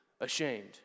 ashamed